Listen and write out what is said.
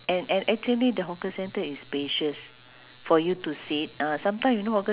can can so when I we we wanted to try there becau~